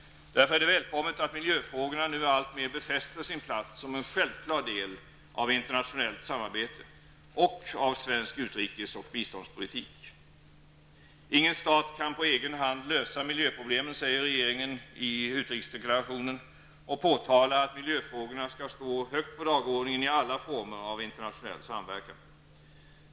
Därför är det välkommet att miljöfrågorna alltmer befäster sin plats som en självklar del av internationellt samarbete, och av svensk utrikesoch biståndspolitik. ''Ingen stat kan på egen hand lösa miljöproblemen'', säger regeringen i utrikesdeklarationen. Man påtalar att miljöfrågorna skall stå högt på dagordningen i alla former av internationell samverkan.